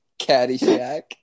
Caddyshack